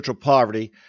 poverty